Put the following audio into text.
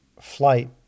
flight